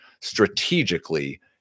strategically